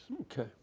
Okay